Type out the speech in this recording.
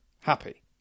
happy